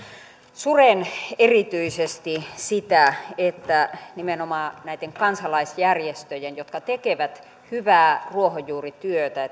suren erityisesti sitä että nimenomaan näitten kansalaisjärjestöjen jotka tekevät hyvää ruohonjuurityötä